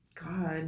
God